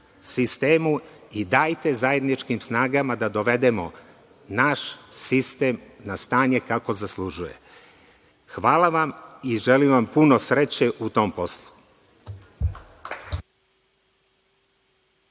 sistemu i dajte zajedničkim snagama da dovedemo naš sistem na stanje kakvo zaslužuje. Hvala vam i želim vam puno sreće u tom poslu.